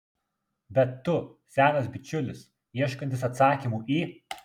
bet tu senas bičiulis ieškantis atsakymų į